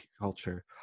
culture